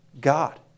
God